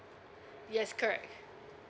yes correct